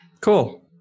Cool